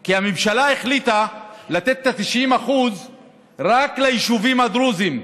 כי הממשלה החליטה לתת את ה-90% רק ליישובים הדרוזיים,